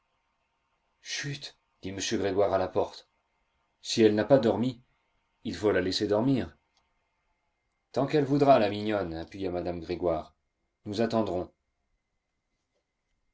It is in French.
chut dit m grégoire à la porte si elle n'a pas dormi il faut la laisser dormir tant qu'elle voudra la mignonne appuya madame grégoire nous attendrons